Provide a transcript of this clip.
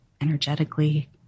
energetically